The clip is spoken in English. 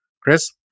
Chris